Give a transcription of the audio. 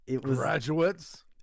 graduates